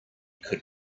could